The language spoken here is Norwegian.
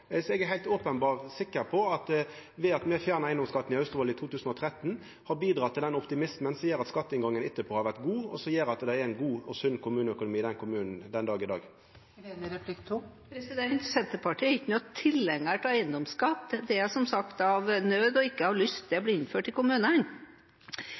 Eg er heilt sikker på at det at me fjerna eigedomsskatten i Austevoll i 2013, har bidrege til den optimismen som gjer at skatteinngangen etterpå har vore god, og som gjer at det er ein god og sunn kommuneøkonomi i den kommunen den dag i dag. Senterpartiet er ikke noen tilhenger av eiendomsskatt. Det er som sagt av nød, ikke av lyst